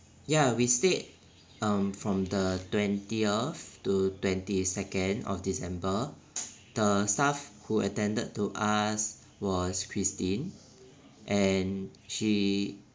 ya we stayed um from the twentieth to twenty second of december the staff who attended to us was christine and she